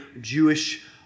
Jewish